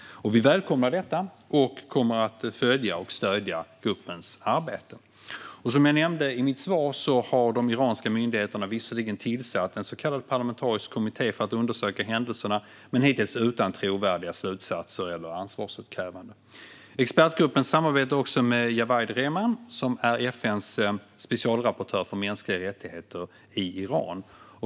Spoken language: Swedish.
Vi välkomnar detta och kommer att följa och stödja gruppens arbete. Som jag nämnde i mitt svar har de iranska myndigheterna visserligen tillsatt en så kallad parlamentarisk kommitté för att undersöka händelserna, men det har hittills varit utan trovärdiga slutsatser eller ansvarsutkrävande. Expertgruppen samarbetar med Javaid Rehman, som är FN:s specialrapportör för mänskliga rättigheter i Iran.